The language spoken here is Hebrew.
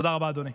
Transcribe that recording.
תודה רבה, אדוני.